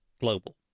global